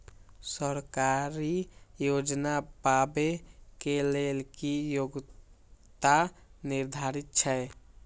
सरकारी योजना पाबे के लेल कि योग्यता निर्धारित छै?